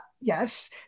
yes